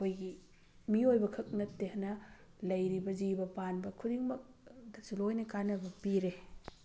ꯑꯩꯈꯣꯏꯒꯤ ꯃꯤꯑꯣꯏꯕꯈꯛ ꯅꯠꯇꯦ ꯍꯥꯏꯅ ꯂꯩꯔꯤꯕ ꯖꯤꯕ ꯄꯥꯟꯕ ꯈꯨꯗꯤꯡꯃꯛ ꯇꯁꯨ ꯂꯣꯏꯅ ꯀꯥꯟꯅꯕ ꯄꯤꯔꯦ